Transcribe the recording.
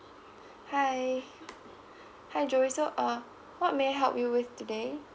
hi hi joe so um what may I help you with today